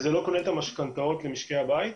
וזה לא כולל את המשכנתאות למשקי הבית.